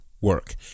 work